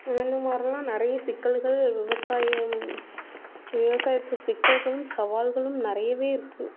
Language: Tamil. இது மாதிரிலாம் நிறைய சிக்கல்கள் விவசாயம் விவசாயத்து சிக்கல்களும் சவால்களும் நிறையவே இருக்குது